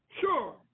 Sure